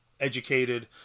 Educated